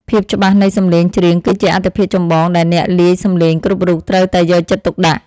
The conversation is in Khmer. ភាពច្បាស់នៃសំឡេងច្រៀងគឺជាអាទិភាពចម្បងដែលអ្នកលាយសំឡេងគ្រប់រូបត្រូវតែយកចិត្តទុកដាក់។